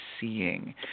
seeing